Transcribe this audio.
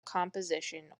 composition